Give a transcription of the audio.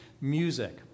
music